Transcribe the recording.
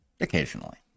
occasionally